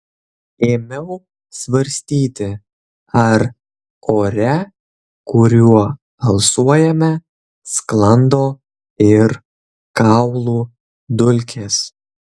ėmiau svarstyti ar ore kuriuo alsuojame sklando ir kaulų dulkės